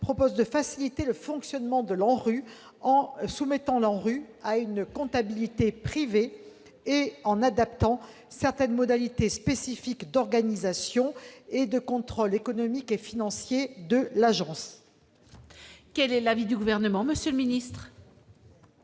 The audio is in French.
vise à faciliter le fonctionnement de l'ANRU en la soumettant à une comptabilité privée, et en adaptant certaines modalités spécifiques d'organisation et de contrôle économique et financier de l'agence. Quel est l'avis du Gouvernement ? L'avis est